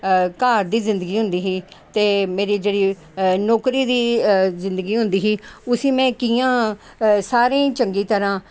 घर दी जिंदगी होंदी ही ते मेरी जेह्ड़ी नौकरी दी जिंदगी होंदी ही उसी में कि'यां सारें ई चंगी तरहां